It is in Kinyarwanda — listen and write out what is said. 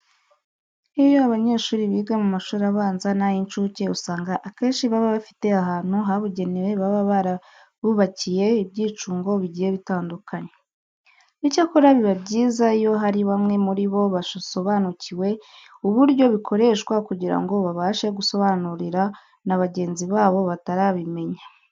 Iyo abanyeshuri biga mu mashuri abanza n'ay'incuke usanga akenshi baba bafite ahantu habugenewe baba barabubakiye ibyicungo bigiye bitandukanye. Icyakora biba byiza iyo hari bamwe muri bo basobanukiwe uburyo bikoreshwa kugira ngo babashe gusobanurira na bagenzi babo batarabimenya.